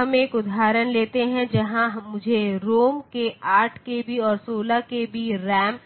हम एक उदाहरण लेते हैं जहां मुझे रोम के 8KB और 16KB रैम